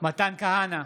מתן כהנא,